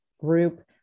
group